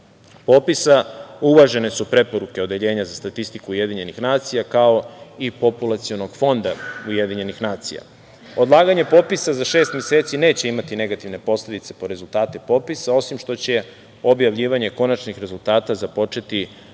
popisa uvažene su preporuke Odeljenja za statistiku Ujedinjenih nacija, kao i Populacionog fonda Ujedinjenih nacija. Odlaganje popisa za šest meseci neće imati negativne posledice po rezultate popisa, osim što će objavljivanje konačnih rezultata započeti šest